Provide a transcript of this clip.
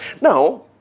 Now